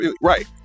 Right